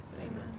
Amen